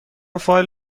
فایل